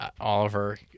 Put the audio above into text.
Oliver